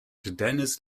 denis